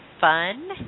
fun